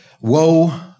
Woe